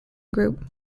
group